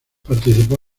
participó